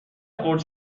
خرد